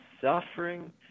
suffering